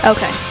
Okay